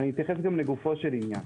אתייחס לגופו של עניין